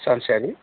सानसेयारि